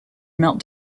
melt